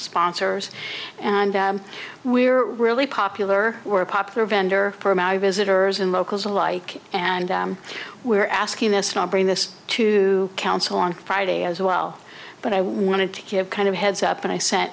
sponsors and we were really popular were popular vendor visitors and locals alike and we're asking this not bring this to council on friday as well but i wanted to give kind of a heads up and i sent